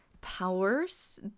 powers